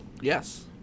Yes